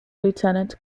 lieutenant